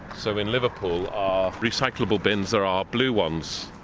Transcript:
so, in liverpool our recyclicable bins are our blue ones.